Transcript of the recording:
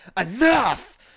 enough